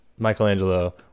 michelangelo